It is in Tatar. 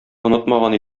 онытмаган